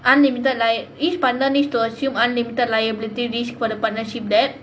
unlimited like each partner needs to assume unlimited liability risk for the partnership that